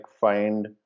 find